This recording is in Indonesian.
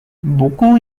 buku